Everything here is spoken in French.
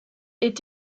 est